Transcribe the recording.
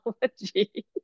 technology